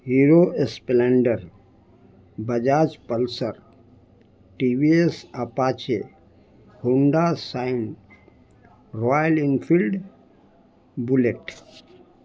hero splendor Bajaj pulsar TVS apache Honda sign Royal Enfield bullet